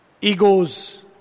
Egos